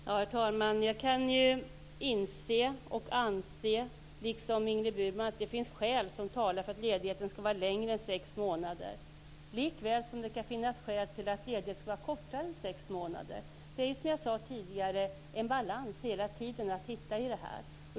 Herr talman! Jag kan inse och anse, liksom Ingrid Burman, att det finns skäl som talar för att ledigheten skall vara längre än sex månader, likväl som det kan finnas skäl till att ledigheten skall vara kortare än sex månader. Det gäller hela tiden, som jag sade tidigare, att hitta en balans i det här.